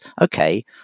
okay